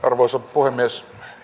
arvoisa puhemies